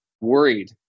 worried